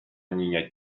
niña